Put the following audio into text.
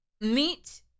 meet